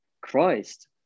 Christ